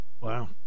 wow